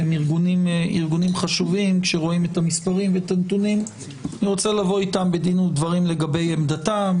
והם ארגונים חשובים אני רוצה לבוא איתם בדין ודברים לגבי עמדתם.